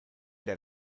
der